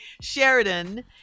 Sheridan